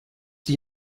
die